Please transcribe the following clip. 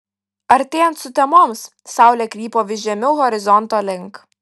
artėjant sutemoms saulė krypo vis žemiau horizonto link